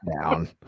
down